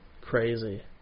crazy